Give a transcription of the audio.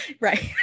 right